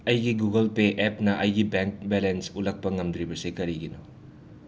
ꯑꯩꯒꯤ Google Pay ꯑꯦꯞꯅ ꯑꯩꯒꯤ ꯕꯦꯡꯛ ꯕꯦꯂꯦꯟꯁ ꯎꯠꯂꯛꯄ ꯉꯝꯗ꯭ꯔꯤꯕꯁꯤ ꯀꯔꯤꯒꯤꯅꯣ